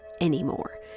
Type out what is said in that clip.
anymore